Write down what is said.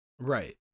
Right